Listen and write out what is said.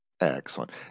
Excellent